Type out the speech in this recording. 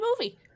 movie